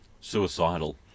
suicidal